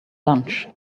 lunch